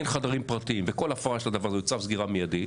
אין חדרים פרטיים וכל הפרעה של הדבר הזה הוא צו סגירה מיידי,